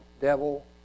devil